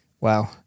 Wow